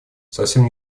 совсем